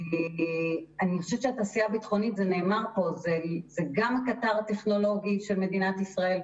אני חושבת שהתעשייה הביטחונית זה גם הקטר הטכנולוגי של מדינת ישראל,